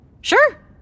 Sure